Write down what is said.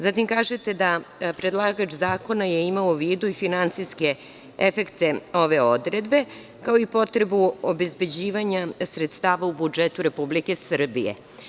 Zatim, kažete da predlagač zakona je imao u vidu i finansijske efekte ove odredbe kao i potrebu obezbeđivanja sredstava u budžetu Republike Srbije.